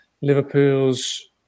Liverpool's